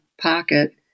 pocket